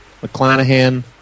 McClanahan